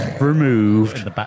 Removed